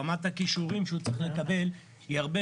רמת הכישורים שהוא צריך לתעל היא הרבה